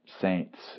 saints